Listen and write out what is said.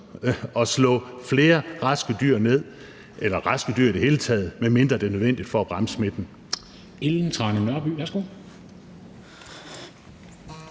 at slå flere raske mink ned – eller raske dyr i det hele taget – medmindre det er nødvendigt for at bremse smitten.